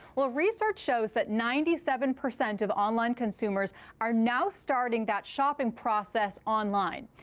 well, research shows that ninety seven percent of online consumers are now starting that shopping process online.